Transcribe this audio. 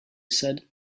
said